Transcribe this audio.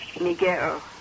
Miguel